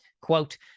quote